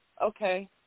Okay